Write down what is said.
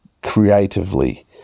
Creatively